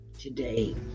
today